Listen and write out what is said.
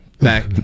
back